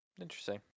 Interesting